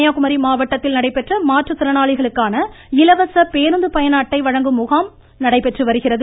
கன்னியாகுமரி மாவட்டத்தில் நடைபெற்ற மாற்றுத்திறனாளிகளுக்கான இலவச பேருந்து பயண அட்டை வழங்கும் முகாம் நடைபெற்று வருகிறது